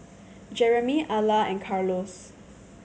Jeremy Alla and Carlos